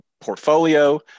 portfolio